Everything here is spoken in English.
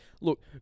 Look